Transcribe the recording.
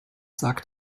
sagt